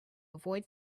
avoid